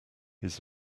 his